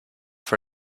for